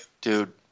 Dude